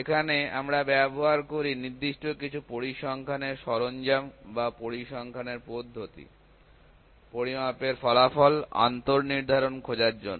এখানে আমরা ব্যবহার করি নির্দিষ্ট কিছু পরিসংখ্যান সরঞ্জাম বা পরিসংখ্যান পদ্ধতি পরিমাপের ফলাফলের আন্ত নির্ধারণ খোঁজার জন্য